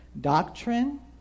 Doctrine